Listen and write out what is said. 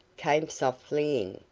came softly in.